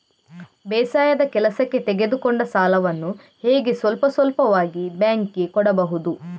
ಬೇಸಾಯದ ಕೆಲಸಕ್ಕೆ ತೆಗೆದುಕೊಂಡ ಸಾಲವನ್ನು ಹೇಗೆ ಸ್ವಲ್ಪ ಸ್ವಲ್ಪವಾಗಿ ಬ್ಯಾಂಕ್ ಗೆ ಕೊಡಬಹುದು?